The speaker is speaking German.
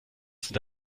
sind